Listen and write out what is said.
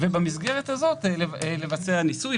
ובמסגרת הזאת לבצע ניסוי.